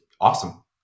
awesome